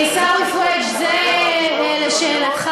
עיסאווי פריג', זה לשאלתך.